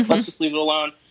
let's just leave it alone.